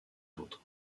autres